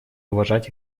уважать